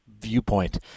viewpoint